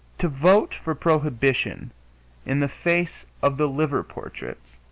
to vote for prohibition in the face of the liver portraits